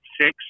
six